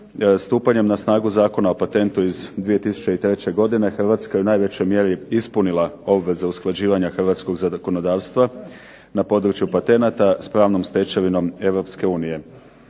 Stupanjem na snagu Zakona o patentu iz 2003. godine Hrvatska je u najvećoj mjeri ispunila obveze usklađivanja hrvatskog zakonodavstva na podruju patenata s pravnom stečevinom EU.